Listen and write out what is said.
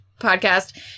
podcast